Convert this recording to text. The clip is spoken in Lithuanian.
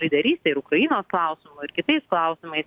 lyderystė ir ukrainos klausimu ir kitais klausimais